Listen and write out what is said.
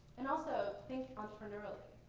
and also think entrepreneurially.